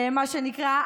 מה שנקרא,